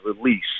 release